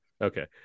Okay